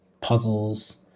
puzzles